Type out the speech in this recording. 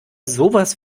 sowas